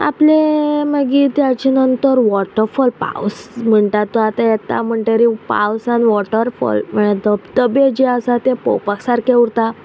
आपलें मागीर ताचे नंतर वॉटरफॉल पावस म्हणटा तो आतां येता म्हणटरी पावसान वॉटरफॉल धबेधबे जे आसा ते पोवपाक सारकें उरता